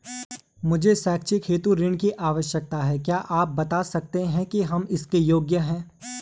मुझे शैक्षिक हेतु ऋण की आवश्यकता है क्या आप बताना सकते हैं कि हम इसके योग्य हैं?